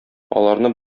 аларны